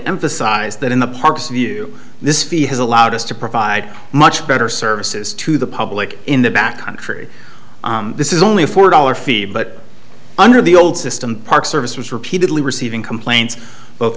emphasize that in the parks view this fee has allowed us to provide much better services to the public in the back country this is only a four dollar fee but under the old system park service was repeatedly receiving complain